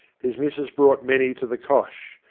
his missis brought many to the cosh,